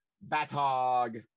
Bat-Hog